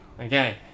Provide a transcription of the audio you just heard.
Okay